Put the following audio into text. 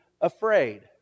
afraid